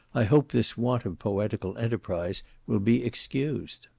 i hope this want of poetical enterprise will be excused.